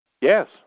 Yes